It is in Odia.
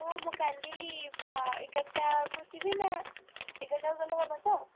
ହଉ ମୁଁ କାଲି ଏଗାରଟା ବେଳକୁ ଯିବି ନା ଏଗାରଟା ବେଳକୁ ଗଲେ ହେବ ତ